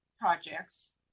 projects